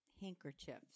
handkerchiefs